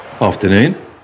afternoon